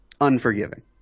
unforgiving